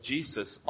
Jesus